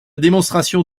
démonstration